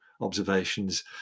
observations